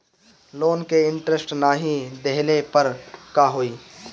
Loan के interest नाही देहले पर का होई?